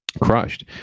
crushed